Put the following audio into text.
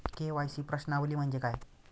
KYC प्रश्नावली म्हणजे काय?